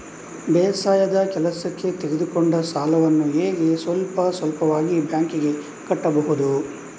ಬೇಸಾಯದ ಕೆಲಸಕ್ಕೆ ತೆಗೆದುಕೊಂಡ ಸಾಲವನ್ನು ಹೇಗೆ ಸ್ವಲ್ಪ ಸ್ವಲ್ಪವಾಗಿ ಬ್ಯಾಂಕ್ ಗೆ ಕೊಡಬಹುದು?